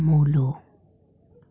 মূলো